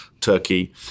Turkey